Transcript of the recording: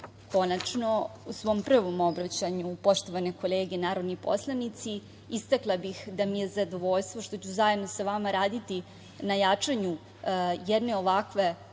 Srbije. Konačno, u svom prvom obraćaju, poštovane kolege narodni poslanici, istakla bih da mi je zadovoljstvo što ću zajedno sa vama raditi na jačanju jedne ovakve